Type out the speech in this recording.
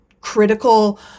critical